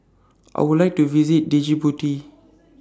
I Would like to visit Djibouti